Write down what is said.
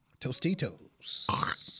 Tostitos